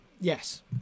Yes